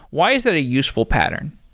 why is that a useful pattern?